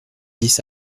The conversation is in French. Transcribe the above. dix